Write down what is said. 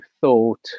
thought